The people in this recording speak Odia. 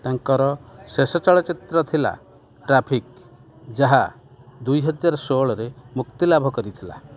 ତାଙ୍କର ଶେଷ ଚଳଚ୍ଚିତ୍ର ଥିଲା ଟ୍ରାଫିକ୍ ଯାହା ଦୁଇ ହଜାର ଷୋହଳରେ ମୁକ୍ତିଲାଭ କରିଥିଲା